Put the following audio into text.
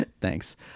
Thanks